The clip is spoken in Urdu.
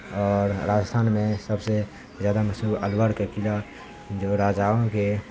اور راجستھان میں سب سے زیادہ مشہور الور کے قلعہ جو راجاؤں کے